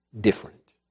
different